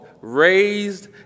raised